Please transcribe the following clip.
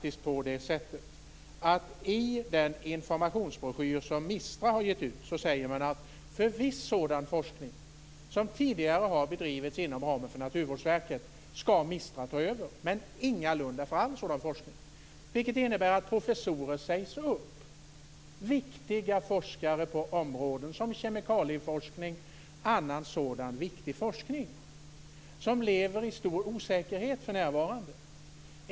I den informationsbroschyr som MISTRA har gett ut säger man faktiskt att viss sådan forskning som tidigare har bedrivits inom ramen för Naturvårdsverket skall MISTRA ta över, men ingalunda all sådan forskning. Det innebär att professorer sägs upp, viktiga forskare på områden som kemikalieforskning och annan sådan viktig forskning. De lever för närvarande i stor osäkerhet.